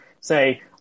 say